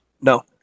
No